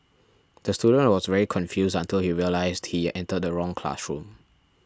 the student was very confused until he realised he entered the wrong classroom